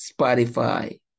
Spotify